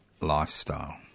lifestyle